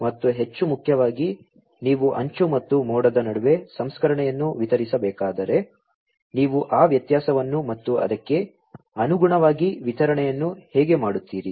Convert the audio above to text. ಮತ್ತು ಹೆಚ್ಚು ಮುಖ್ಯವಾಗಿ ನೀವು ಅಂಚು ಮತ್ತು ಮೋಡದ ನಡುವೆ ಸಂಸ್ಕರಣೆಯನ್ನು ವಿತರಿಸಬೇಕಾದರೆ ನೀವು ಆ ವ್ಯತ್ಯಾಸವನ್ನು ಮತ್ತು ಅದಕ್ಕೆ ಅನುಗುಣವಾಗಿ ವಿತರಣೆಯನ್ನು ಹೇಗೆ ಮಾಡುತ್ತೀರಿ